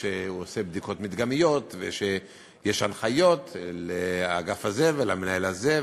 שהוא עושה בדיקות מדגמיות ושיש הנחיות לאגף הזה ולמנהל הזה,